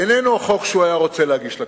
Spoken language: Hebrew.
איננו חוק שהוא היה רוצה להגיש לכנסת.